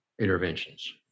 interventions